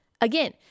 again